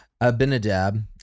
Abinadab